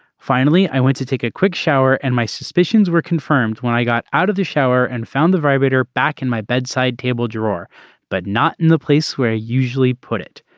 finally i went to take a quick shower and my suspicions were confirmed when i got out of the shower and found the vibrator back in my bedside table drawer but not in the place where i usually put it.